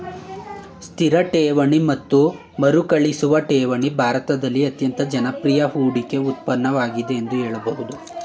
ಸ್ಥಿರ ಠೇವಣಿ ಮತ್ತು ಮರುಕಳಿಸುವ ಠೇವಣಿ ಭಾರತದಲ್ಲಿ ಅತ್ಯಂತ ಜನಪ್ರಿಯ ಹೂಡಿಕೆ ಉತ್ಪನ್ನವಾಗಿದೆ ಎಂದು ಹೇಳಬಹುದು